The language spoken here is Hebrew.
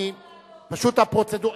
פשוט הפרוצדורה,